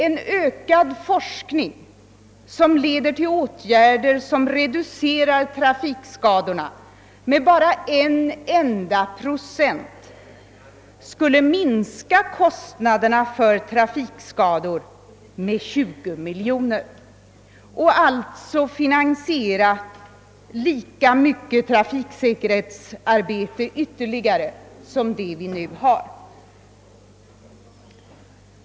En ökad forskning, som leder till åtgärder som reducerar trafikskadorna med bara en enda procent, skulle minska kostnaderna för trafikskador med 20 miljoner och alltså finansiera lika mycket trafiksäkerhetsarbete ytterligare som det vi nu har.